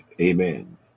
Amen